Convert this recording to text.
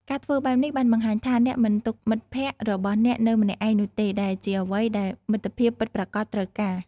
ការធ្វើបែបនេះបានបង្ហាញថា អ្នកមិនទុកមិត្តភក្តិរបស់អ្នកនៅម្នាក់ឯងនោះទេ ដែលជាអ្វីដែលមិត្តភាពពិតប្រាកដត្រូវការ។